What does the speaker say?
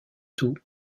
tout